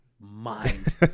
mind